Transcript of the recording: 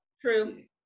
True